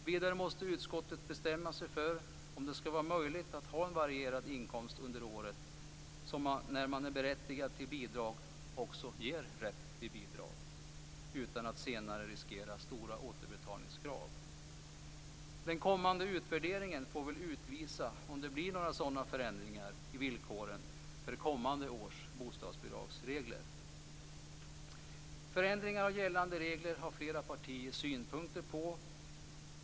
Vidare måste utskottet bestämma sig för om det skall vara möjligt att ha en varierad inkomst under året som när man är berättigad till bidrag också ger rätt till bidrag utan att man senare riskerar stora återbetalningskrav. Den kommande utvärderingen får utvisa om det blir några sådana förändringar i villkoren för kommande års bostadsbidragsregler. Förändringar av gällande regler har flera partier synpunkter på.